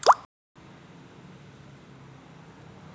मिरचीवरील चुरडा या रोगाले रामबाण औषध कोनचे?